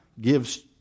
gives